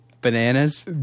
Bananas